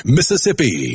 Mississippi